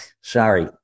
sorry